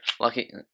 Lucky